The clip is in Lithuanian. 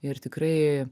ir tikrai